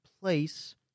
place